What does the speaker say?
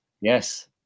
Yes